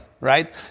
right